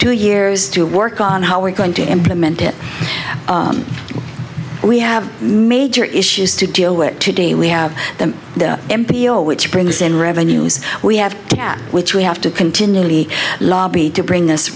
two years to work on how we're going to implement it we have major issues to deal with today we have the m p o which brings in revenues we have to have which we have to continually lobby to bring